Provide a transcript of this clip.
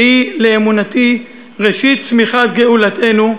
שהיא לדעתי ראשית צמיחת גאולתנו,